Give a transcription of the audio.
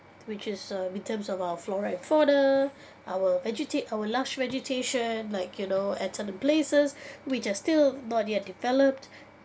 which is uh in terms of our floral for the our vegitat~ our lush vegetation like you know at certain places which are still not yet developed